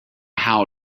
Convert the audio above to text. how